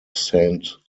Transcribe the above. saint